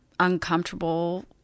uncomfortable